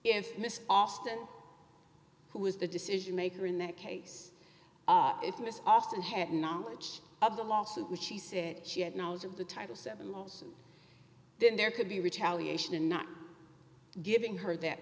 if miss austin who was the decision maker in that case if miss austin had knowledge of the lawsuit which she said she had knowledge of the title seven miles then there could be retaliation in not giving her that